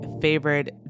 favorite